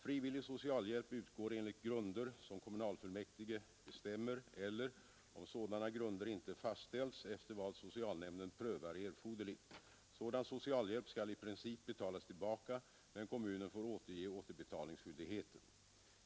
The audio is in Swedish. Frivillig socialhjälp utgår enligt grunder som kommunfullmäktige bestämmer eller, om sådana grunder inte fastställts, efter vad socialnämnden prövar erforderligt. Sådan socialhjälp skall i princip betalas tillbaka, men kommunen får efterge återbetalningsskyldigheten.